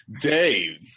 Dave